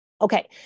okay